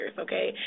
okay